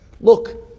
Look